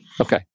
Okay